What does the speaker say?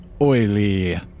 oily